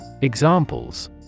Examples